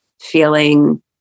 feeling